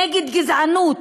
נגד גזענות,